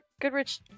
Goodrich